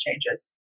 changes